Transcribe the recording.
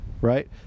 right